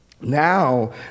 Now